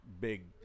big